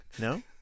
No